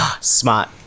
smart